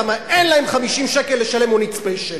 למה אין להם 50 שקל לשלם למונית ספיישל.